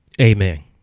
amen